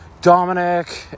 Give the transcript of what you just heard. Dominic